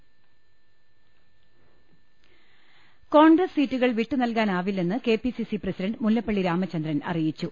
ൾ ൽ ൾ കോൺഗ്രസ് സീറ്റുകൾ വിട്ടു നൽകാനാവില്ലെന്ന് K P C C president Mullappally Ramachandran അറിയിച്ചു